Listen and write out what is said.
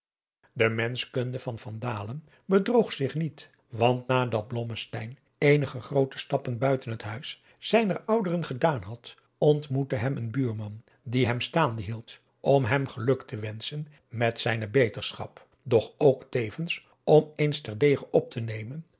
de menschkunde van van dalen bedroog zich niet want nadat blommesteyn eenige groote stappen buiten het huis zijner ouderen gedaan had ontmoette hem een buurman die hem staande hield om hem geluk te wenschen met zijne beterschap doch ook tevens om eens ter dege op te nemen